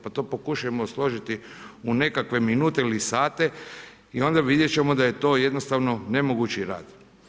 Pa to pokušajmo složiti u nekakve minute ili sate i onda vidjet ćemo da je to jednostavno nemogući rad.